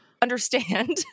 understand